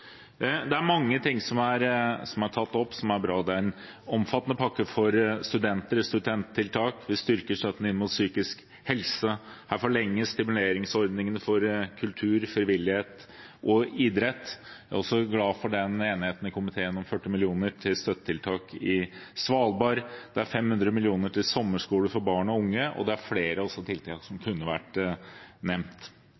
Det er mange ting som er tatt opp som er bra. Det er en omfattende pakke til studenttiltak: Vi styrker støtten til psykisk helse, og her forlenges stimuleringsordningene for kultur, frivillighet og idrett. Jeg er også glad for enigheten i komiteen om 40 mill. kr i støttetiltak til Svalbard, og det er 500 mill. kr til sommerskole for barn og unge, og det er også flere tiltak som